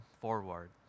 forward